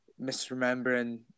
misremembering